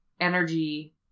energy